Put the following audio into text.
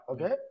Okay